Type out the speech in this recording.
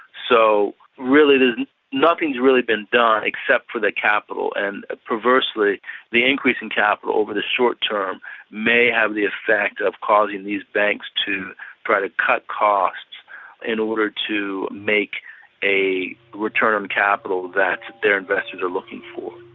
so really, nothing's really been done except for the capital, and perversely the increase in capital over the short-term may have the effect of causing these banks to try to cut costs in order to make a return on capital that their investors are looking for.